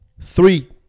Three